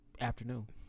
afternoon